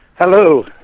Hello